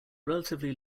relatively